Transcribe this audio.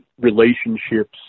relationships